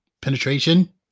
penetration